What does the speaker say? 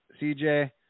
CJ